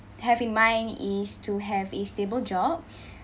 have in mind is to have a stable job